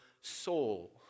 soul